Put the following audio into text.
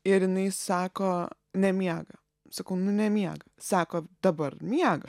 ir jinai sako nemiega sakau nu nemiega sako dabar miega